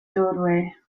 doorway